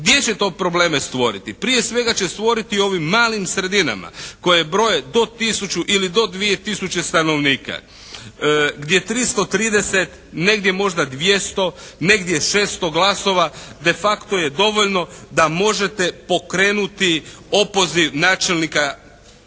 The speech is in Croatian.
Gdje će to probleme stvoriti? Prije svega će stvoriti ovim malim sredinama koje broje do tisuću ili do 2 tisuće stanovnika, gdje 330, negdje možda 200, negdje 600 glasova de facto je dovoljno da možete pokrenuti opoziv načelnika te